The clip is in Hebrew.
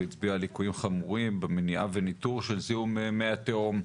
הוא הצביע על ליקויים חמורים במניעה וניטור של זיהום מי התהום,